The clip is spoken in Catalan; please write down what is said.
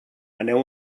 aneu